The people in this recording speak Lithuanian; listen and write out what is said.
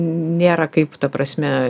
nėra kaip ta prasme